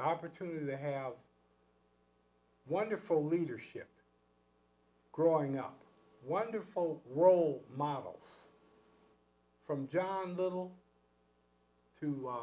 the opportunity to have wonderful leadership growing up wonderful role models from john little to